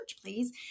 please